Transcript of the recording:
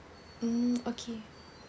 mm okay